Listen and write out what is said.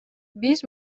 биз